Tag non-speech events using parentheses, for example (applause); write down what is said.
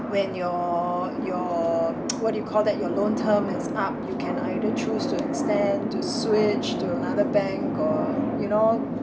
when your your (noise) what do you call that your loan term is up you can either choose to extend to switch to another bank or you know